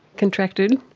contracted.